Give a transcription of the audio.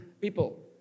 people